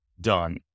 done